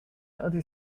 other